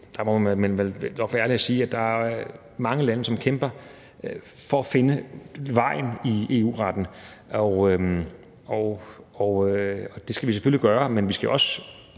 der må man vel være retfærdig og sige, at der er mange lande, som kæmper for at finde vejen i EU-retten – og det skal vi selvfølgelig gøre. Men vi skal også